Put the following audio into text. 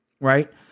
right